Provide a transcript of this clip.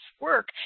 work